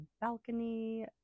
balcony